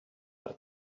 per